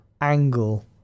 angle